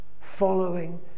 Following